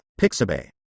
Pixabay